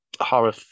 horror